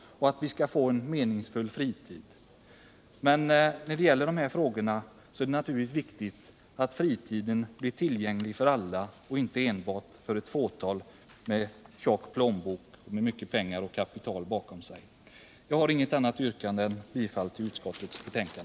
Men när det gäller de här frågorna är det naturligtvis viktigt att fritiden blir tillgänglig för alla och inte bara för ett fåtal med tjock plånbok och kapital bakom sig. Herr talman! Med detta yrkar jag bifall till utskottets hemställan.